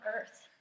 Earth